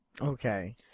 Okay